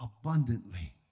abundantly